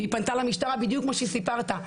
והיא פנתה למשטרה בדיוק כמו שסיפרת.